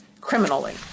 criminally